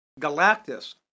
Galactus